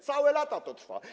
Całe lata to trwa.